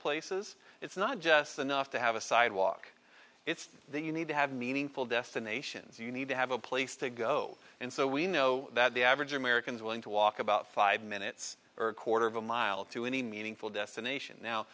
places it's not just enough to have a sidewalk it's that you need to have meaningful destinations you need to have a place to go and so we know that the average american is willing to walk about five minutes or quarter of a mile to any meaningful destination now